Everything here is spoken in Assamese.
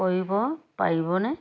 কৰিব পাৰিবনে